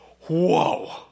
whoa